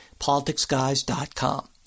politicsguys.com